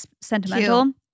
sentimental